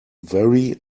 very